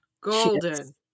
Golden